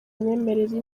imyemerere